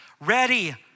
ready